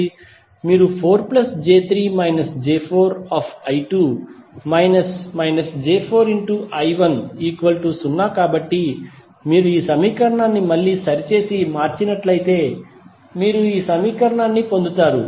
మీరు 4j3−j4I2 −−j4I1 0 కాబట్టి మీరు ఈ సమీకరణాన్ని మళ్ళీ సరిచేసి మార్చినట్లయితే మీరు ఈ సమీకరణాన్ని పొందుతారు